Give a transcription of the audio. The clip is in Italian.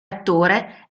attore